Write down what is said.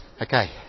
Okay